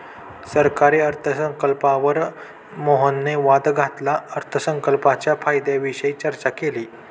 सरकारी अर्थसंकल्पावर मोहनने वाद घालत अर्थसंकल्पाच्या फायद्यांविषयी चर्चा केली